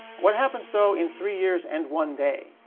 what happens though in three years and one day?